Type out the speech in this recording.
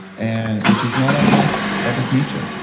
and which is not unlike friedrich nietzsche.